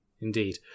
Indeed